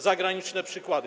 zagraniczne przykłady.